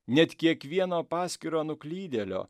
net kiekvieno paskiro nuklydėlio